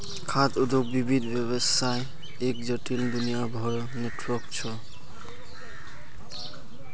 खाद्य उद्योग विविध व्यवसायर एक जटिल, दुनियाभरेर नेटवर्क छ